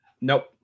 nope